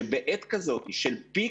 שבעת כזאת של פיק,